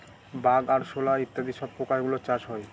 bug, আরশোলা ইত্যাদি সব পোকা গুলোর চাষ হয়